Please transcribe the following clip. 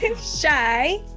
shy